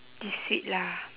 this sweet lah